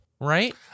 Right